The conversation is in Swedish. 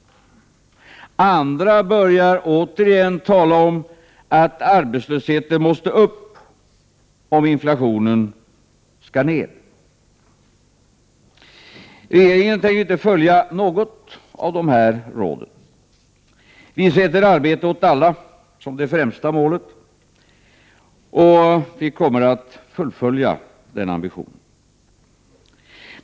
Andra börjar återigen tala om att arbetslösheten måste upp om inflationen skall ned. Regeringen tänker inte följa något av dessa råd. Vi i regeringen sätter arbete åt alla som det främsta målet, och vi kommer att fullfölja den ambitionen.